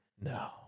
No